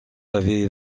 avait